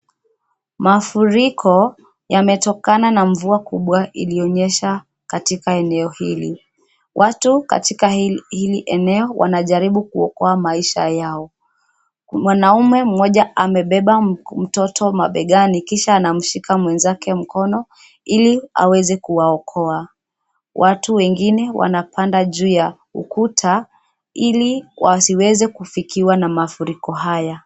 Mafuriko yametokana na mvua kubwa ilionyesha katika eneo hili. Watu katika hili eneo wanajaribu kuokoa maisha yao. Mwanaume mmoja amebeba mtoto mabegani kisha anamshika mwezake mkono ili aweze kuwaokoa. Watu wengine wanapanda juu ya ukuta ili wasiweze kufikiwa na mafuriko haya.